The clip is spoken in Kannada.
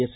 ಎಸ್